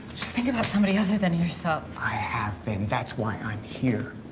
just think about somebody other than yourself. i have been. that's why i'm here.